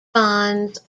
bonds